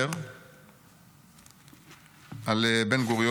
מחרתיים יבוא שר הביטחון יגיד: 10,000 בשנה,